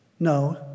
No